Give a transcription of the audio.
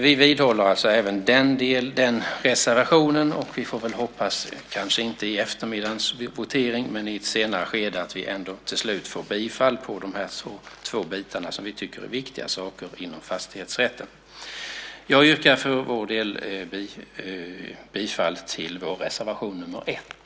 Vi vidhåller alltså även den reservationen. Vi får väl hoppas att vi om inte vid eftermiddagens votering så i ett senare skede till slut får bifall till de här två bitarna som vi tycker är viktiga inom fastighetsrätten. Jag yrkar för vår del bifall till vår reservation nr 1.